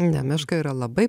ne meška yra labai